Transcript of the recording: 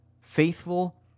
faithful